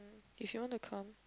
if you want to come